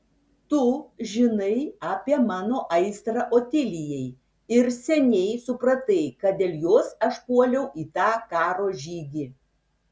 tu žinai apie mano aistrą otilijai ir seniai supratai kad dėl jos aš puoliau į tą karo žygį